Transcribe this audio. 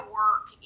work